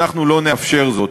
אנחנו לא נאפשר זאת,